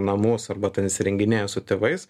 namus arba ten įsirenginėjo su tėvais